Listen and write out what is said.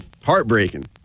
heartbreaking